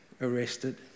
arrested